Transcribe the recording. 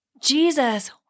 Jesus